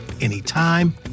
anytime